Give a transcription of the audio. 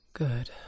Good